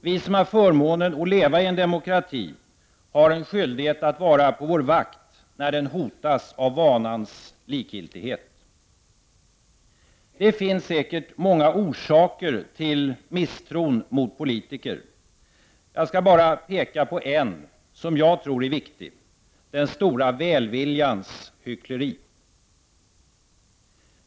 Vi som har förmånen att leva i en demokrati har en skyldighet att vara på vår vakt när den hotas av vanans likgiltighet. Det finns säkert många orsaker till misstron mot politiker. Jag skall bara peka på en som jag tror är viktig: den stora välviljans hyckleri.